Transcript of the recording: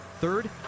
Third